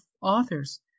authors